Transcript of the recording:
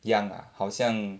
young ah 好像